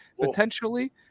potentially